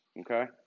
okay